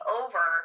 over